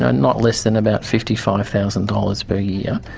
ah not less than about fifty five thousand dollars per year.